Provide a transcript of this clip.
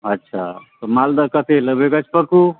अच्छा तऽ मालदह कतेक लेबै गछपक्कू